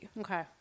Okay